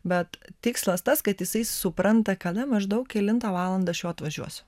bet tikslas tas kad jisai supranta kada maždaug kelintą valandą aš jau atvažiuosiu